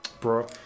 Bro